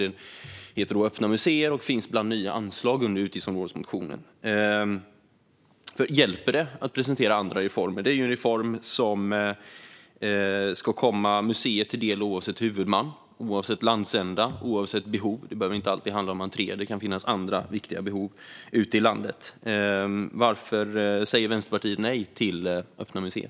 Den heter Öppna museer och finns bland nya anslag i utgiftsområdesmotionen. Hjälper det att presentera andra reformer? Detta är ju en reform som ska komma museer till del oavsett huvudman, oavsett landsända och oavsett behov. Det behöver inte alltid handla om entréer. Det kan finnas andra viktiga behov ute i landet. Varför säger Vänsterpartiet nej till Öppna museer?